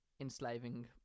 enslaving